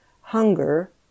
hunger